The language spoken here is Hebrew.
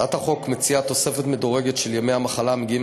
בהצעת החוק מוצעת תוספת מדורגת של ימי המחלה המגיעים